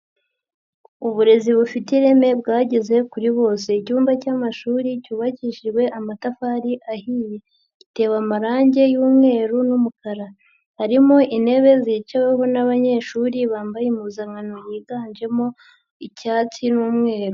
Uburezi bufite ireme bwageze kuri bose, icyumba cy'amashuri cyubakishijwe amatafari ahiye, gitewe amarangi y'umweru n'umukara, harimo intebe zicaweho n'abanyeshuri bambaye impuzankano yiganjemo icyatsi n'umweru.